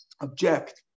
object